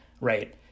Right